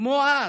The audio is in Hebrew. כמו אז,